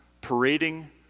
parading